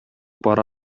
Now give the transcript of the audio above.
пара